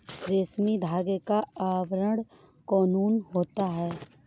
रेशमी धागे का आवरण कोकून होता है